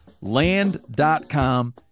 Land.com